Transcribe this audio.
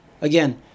again